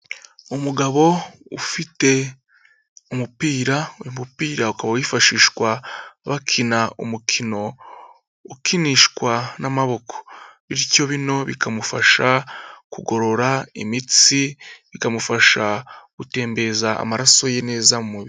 Umugabo ufite umupira, umupira ukaba wifashishwa bakina umukino ukinishwa n'amaboko, bityo bino bikamufasha kugorora imitsi, bikamufasha gutembereza amaraso ye neza mu mubiri.